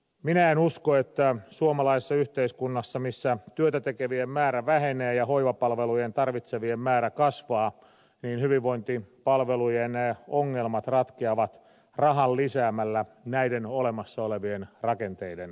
minä en usko että suomalaisessa yhteiskunnassa jossa työtä tekevien määrä vähenee ja hoivapalveluja tarvitsevien määrä kasvaa hyvinvointipalvelujen ongelmat ratkeavat lisäämällä rahaa näiden olemassa olevien rakenteiden päälle